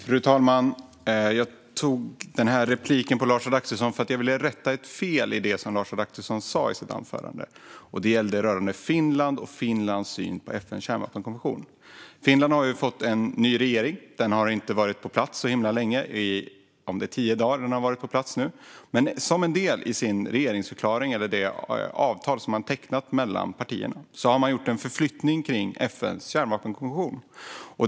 Fru talman! Jag bad om replik på Lars Adaktusson för att jag ville rätta ett fel i det han sa i sitt anförande. Det gäller Finlands syn på FN:s kärnvapenkonvention. Finland har fått en ny regering. Den har inte varit på plats särskilt länge. Det handlar kanske om tio dagar. Som en del av regeringsförklaringen och i det avtal som har tecknats mellan partierna har en förflyttning gjorts vad gäller FN:s kärnvapenkonvention.